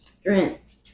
strength